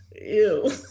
Ew